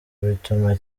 bituma